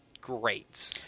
great